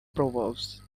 proverbs